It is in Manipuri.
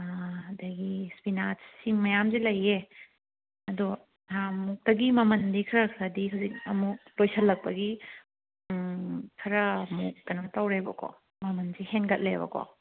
ꯑꯗꯒꯤ ꯏꯁꯄꯤꯅꯥꯁ ꯁꯤ ꯃꯌꯥꯝꯁꯦ ꯂꯩꯌꯦ ꯑꯗꯣ ꯅꯍꯥꯟꯃꯨꯛꯇꯒꯤ ꯃꯃꯜꯗꯤ ꯈꯔ ꯈꯔꯗꯤ ꯍꯧꯖꯤꯛ ꯑꯃꯨꯛ ꯂꯣꯏꯁꯤꯜꯂꯛꯄꯒꯤ ꯈꯔꯃꯨꯛ ꯀꯩꯅꯣ ꯇꯧꯔꯦꯕꯀꯣ ꯃꯃꯜꯁꯤ ꯍꯦꯟꯒꯠꯂꯦꯕꯀꯣ